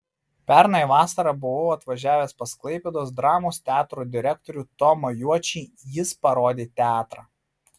pernai vasarą buvau atvažiavęs pas klaipėdos dramos teatro direktorių tomą juočį jis parodė teatrą